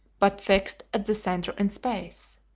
but fixed at the centre in space.